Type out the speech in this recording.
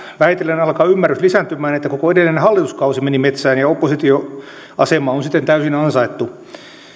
vähitellen alkaa ymmärrys lisääntymään että koko edellinen hallituskausi meni metsään ja oppositioasema on siten täysin ansaittu